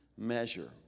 measure